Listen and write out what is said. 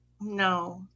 No